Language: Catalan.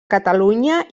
catalunya